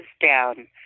down